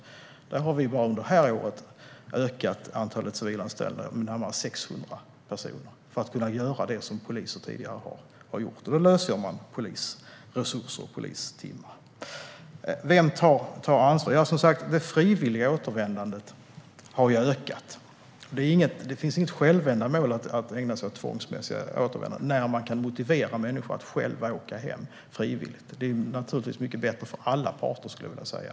Under det här året har vi ökat antalet civilanställda med närmare 600 personer som kan göra det poliser tidigare har gjort. Då frigörs resurser och polistimmar. Vem tar ansvar? Det frivilliga återvändandet har som sagt ökat. Det finns inget självändamål i att ägna sig åt tvångsmässiga återvändanden när man kan motivera människor att själva åka hem, frivilligt. Det är naturligtvis mycket bättre - för alla parter, skulle jag vilja säga.